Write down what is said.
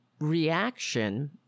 reaction